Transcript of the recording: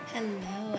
Hello